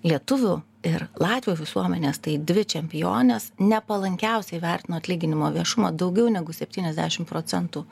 lietuvių ir latvių visuomenės tai dvi čempionės nepalankiausiai vertino atlyginimo viešumą daugiau negu septyniasdešimt procentų